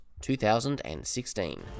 2016